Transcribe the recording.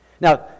Now